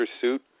suit